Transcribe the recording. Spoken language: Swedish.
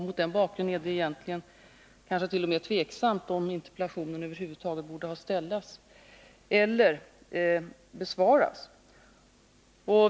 Mot den bakgrunden är det kanske t.o.m. tvivelaktigt om interpellationen över huvud taget hade bort ställas eller besvaras.